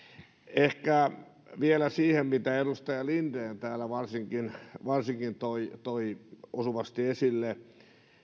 ehkä vielä siihen mitä edustaja linden täällä varsinkin varsinkin toi toi osuvasti esille